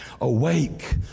Awake